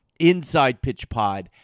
InsidePitchPod